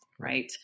right